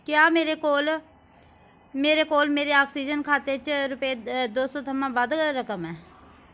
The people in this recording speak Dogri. क्या मेरे कोल मेरे आक्सीजन खाते च रुपये दो सौ थमां बद्ध रकम ऐ